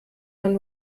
man